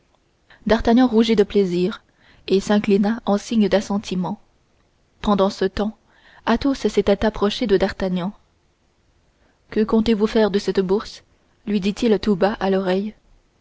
d'artagnan rougit de plaisir et s'inclina en signe d'assentiment pendant ce temps athos s'était approché de d'artagnan que voulez-vous faire de cette bourse lui dit-il tout bas à l'oreille